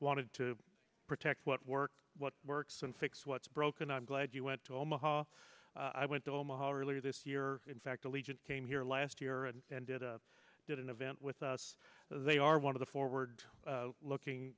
wanted to protect what works what works and fix what's broken i'm glad you went to omaha i went to omaha earlier this year in fact allegiant came here last year and did a did an event with us they are one of the forward looking